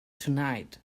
tonight